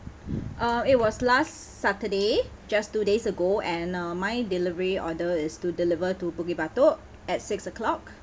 uh it was last saturday just two days ago and uh my delivery order is to deliver to bukit batok at six O clock